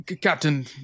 Captain